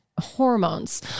hormones